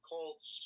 Colts